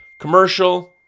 commercial